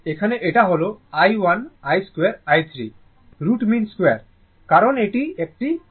এখানে এটা হল i1 I2 i3 এর জন্য root2 কারণ এটি একটি root2